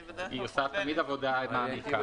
היא עושה תמיד עבודה מעמיקה.